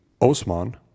Osman